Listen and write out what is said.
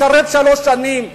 לשרת שלוש שנים?